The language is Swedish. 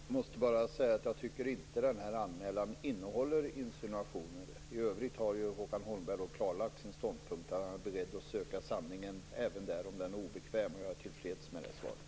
Fru talman! Jag måste bara säga att jag inte tycker att den här anmälningen innehåller insinuationer. I övrigt har Håkan Holmberg klarlagt sin ståndpunkt. Han är beredd att söka sanningen, även om den är obekväm. Jag är till freds med det svaret.